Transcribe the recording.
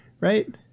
Right